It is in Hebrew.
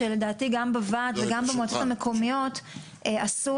שלדעתי גם בוועד וגם במועצות מקומיות אסור